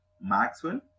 Maxwell